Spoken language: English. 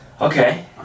Okay